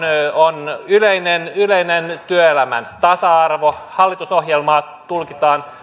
on yleinen yleinen työelämän tasa arvo hallitusohjelmaa tulkitaan